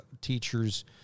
teachers